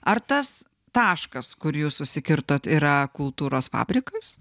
ar tas taškas kur jūs susikirtot yra kultūros fabrikas